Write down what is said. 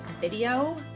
video